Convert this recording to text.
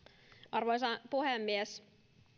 arvoisa puhemies